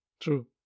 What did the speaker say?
True